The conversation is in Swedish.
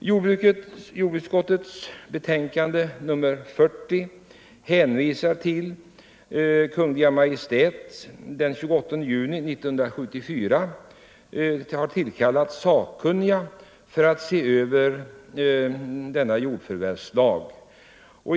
I jordbruksutskottets betänkande nr 40 hänvisas till att Kungl. Maj:t den 28 juni 1974 tillkallat sakkunniga för att se över jordförvärvslagstiftningen.